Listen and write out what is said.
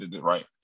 right